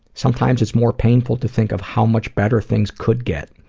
sometimes it's more painful to think of how much better things could get.